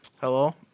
Hello